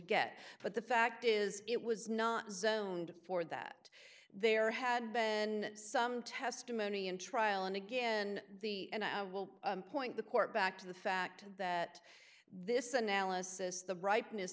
get but the fact is it was not zoned for that there had been some testimony in trial and again the and i will point the court back to the fact that this analysis the ripeness